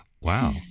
Wow